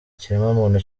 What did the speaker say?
ikiremwamuntu